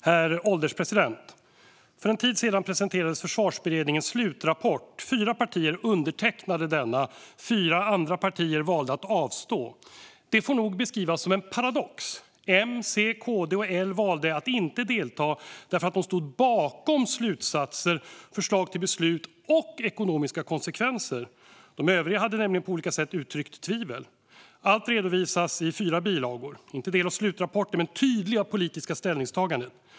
Herr ålderspresident! För en tid sedan presenterades Försvarsberedningens slutrapport. Fyra partier undertecknade denna. Fyra andra partier valde att avstå. Detta får nog beskrivas som en paradox! M, C, KD och L valde att inte delta därför att de stod bakom slutsatser, förslag till beslut och ekonomiska konsekvenser. De övriga hade nämligen på olika sätt uttryckt tvivel. Allt redovisas i fyra bilagor. De är inte en del av slutrapporten, men de är tydliga politiska ställningstaganden.